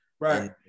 right